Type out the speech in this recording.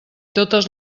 totes